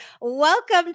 Welcome